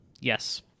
yes